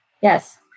Yes